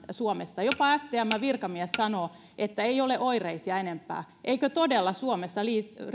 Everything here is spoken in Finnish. suomessa jopa stmn virkamies sanoo että ei ole oireisia enempää eikö todella suomessa